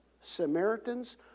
Samaritans